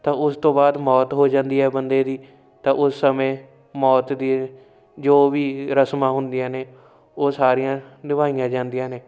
ਤਾਂ ਉਸ ਤੋਂ ਬਾਅਦ ਮੌਤ ਹੋ ਜਾਂਦੀ ਹੈ ਬੰਦੇ ਦੀ ਤਾਂ ਉਸ ਸਮੇਂ ਮੌਤ ਦੀ ਜੋ ਵੀ ਰਸਮਾਂ ਹੁੰਦੀਆਂ ਨੇ ਉਹ ਸਾਰੀਆਂ ਨਿਭਾਈਆਂ ਜਾਂਦੀਆਂ ਨੇ